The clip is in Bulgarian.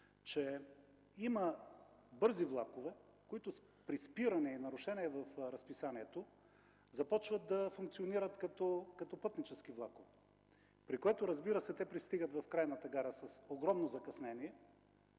че има бързи влакове, които при спиране и нарушение в разписанието започват да функционират като пътнически влакове, при което, разбира се, те пристигат на крайната гара с огромно закъснение,